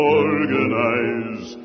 organize